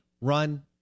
run